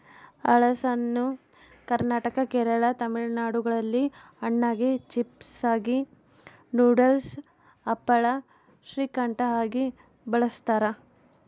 ಹಲಸನ್ನು ಕರ್ನಾಟಕ ಕೇರಳ ತಮಿಳುನಾಡುಗಳಲ್ಲಿ ಹಣ್ಣಾಗಿ, ಚಿಪ್ಸಾಗಿ, ನೂಡಲ್ಸ್, ಹಪ್ಪಳ, ಶ್ರೀಕಂಠ ಆಗಿ ಬಳಸ್ತಾರ